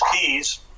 keys